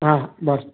ಹಾಂ ಬರ್ರಿ